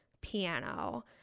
piano